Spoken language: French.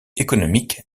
économique